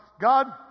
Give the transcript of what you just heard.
God